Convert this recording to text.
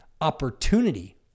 opportunity